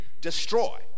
destroy